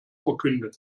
verkünden